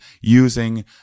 using